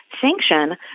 sanction